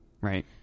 Right